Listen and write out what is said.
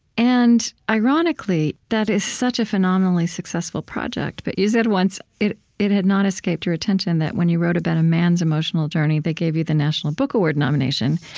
and, ironically that is such a phenomenally successful project, but you said once, it it had not escaped your attention that when you wrote about a man's emotional journey, they gave you the national book award nomination,